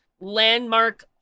landmark